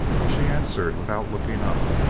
she answered without looking up,